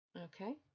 Okay